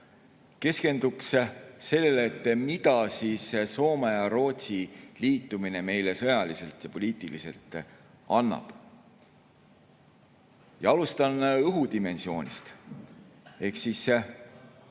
pidada. Keskendun sellele, mida siis Soome ja Rootsi liitumine meile sõjaliselt ja poliitiliselt annab. Alustan õhudimensioonist. Ehk mis